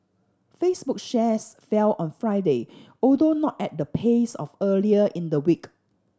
Facebook shares fell on Friday although not at the pace of earlier in the week